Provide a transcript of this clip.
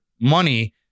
money